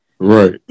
Right